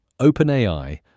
OpenAI